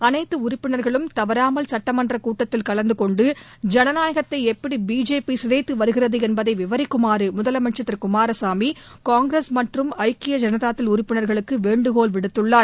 அனைத்து உறுப்பினர்களும் தவறாமல் சட்டமன்றக் கூட்டத்தில் கலந்து கொண்டு ஜனநாயகத்தை எப்படி பிஜேபி சிதைத்து வருகிறது என்பதை விவரிக்குமாறு முதலனமச்சர் திரு குமாரசாமி காங்கிரஸ் மற்றம் மதச்சார்பற்ற ஜனதா தள உறுப்பினர்களுக்கு வேண்டுகோள் விடுத்துள்ளார்